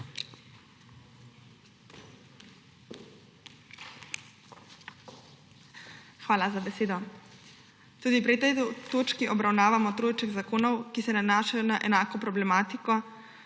Hvala za besedo. Tudi pri tej točki obravnavamo trojček zakonov, ki se nanašajo na enako problematiko,